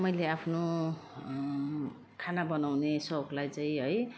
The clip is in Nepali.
मैले आफ्नो खाना बनाउने सोकलाई चाहिँ है